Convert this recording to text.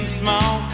small